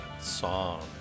song